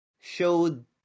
showed